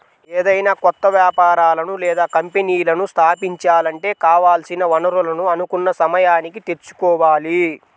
ఏదైనా కొత్త వ్యాపారాలను లేదా కంపెనీలను స్థాపించాలంటే కావాల్సిన వనరులను అనుకున్న సమయానికి తెచ్చుకోవాలి